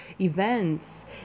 events